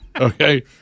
Okay